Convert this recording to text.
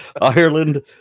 Ireland